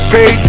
Pay